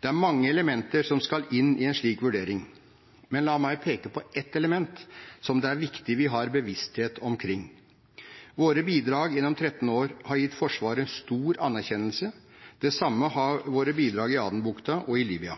Det er mange elementer som skal inn i en slik vurdering, men la meg peke på ett element, som det er viktig at vi har bevissthet omkring. Våre bidrag gjennom tretten år har gitt Forsvaret stor anerkjennelse. Det samme har våre bidrag i Adenbukta og i Libya.